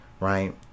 Right